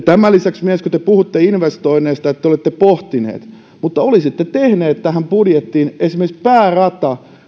tämän lisäksi myös kun te puhutte investoinneista että te olette pohtineet mutta olisitte tehneet tähän budjettiin esimerkiksi päärata